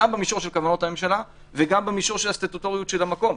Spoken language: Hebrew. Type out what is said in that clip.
גם במישור של כוונות הממשלה וגם במישור של הסטטוטוריות של המקום.